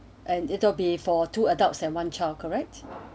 and it'll be for two adults and one child correct